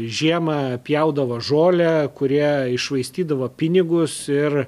žiemą pjaudavo žolę kurie iššvaistydavo pinigus ir